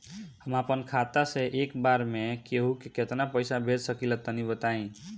हम आपन खाता से एक बेर मे केंहू के केतना पईसा भेज सकिला तनि बताईं?